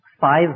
five